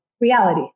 reality